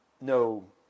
no